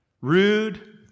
Rude